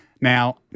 Now